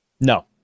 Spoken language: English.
No